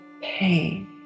pain